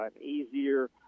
easier